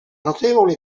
notevole